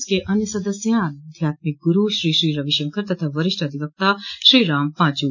इसके अन्य सदस्य हैं आध्यात्मिक गुरू श्री श्री रवि शंकर तथा वरिष्ठ अधिवक्ता श्रीराम पांचू